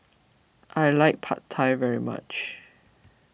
I like Pad Thai very much